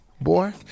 Boy